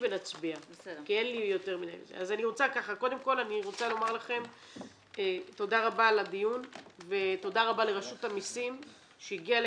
רוצה לומר לכם תודה על הדיון ותודה לרשות המסים שהגיעה